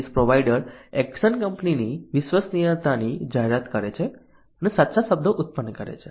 service provider action કંપનીની વિશ્વસનીયતાની જાહેરાત કરે છે અને સારા શબ્દો ઉત્પન્ન કરે છે